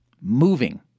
Moving